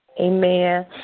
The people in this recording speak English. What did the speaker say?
Amen